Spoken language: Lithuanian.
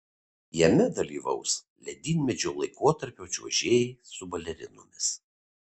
jame dalyvaus ledynmečio laikotarpio čiuožėjai su balerinomis